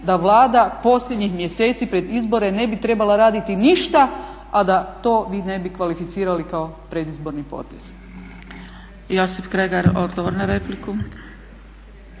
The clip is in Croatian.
da Vlada posljednjih mjeseci pred izbore ne bi trebala raditi ništa a da to vi ne bi kvalificirali kao predizborni potez? **Zgrebec, Dragica